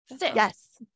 Yes